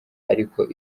ariko